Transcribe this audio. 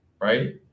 right